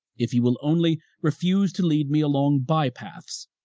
if you will only refuse to lead me along bypaths,